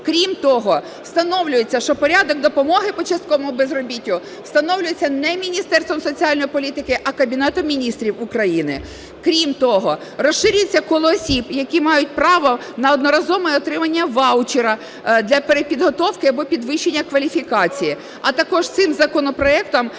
Крім того, встановлюється, що порядок допомоги по частковому безробіттю встановлюється не Міністерством соціальної політики, а Кабінетом Міністрів України. Крім того, розширюється коло осіб, які мають право на одноразове отримання ваучера для перепідготовки або підвищення кваліфікації. А також цим законопроектом